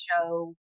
show